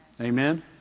Amen